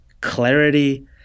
clarity